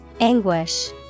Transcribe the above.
Anguish